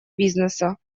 бизнеса